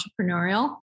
entrepreneurial